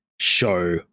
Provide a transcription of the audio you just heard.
show